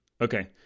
Okay